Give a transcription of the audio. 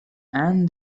and